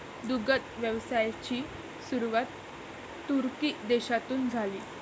दुग्ध व्यवसायाची सुरुवात तुर्की देशातून झाली